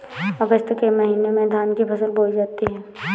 अगस्त के महीने में धान की फसल बोई जाती हैं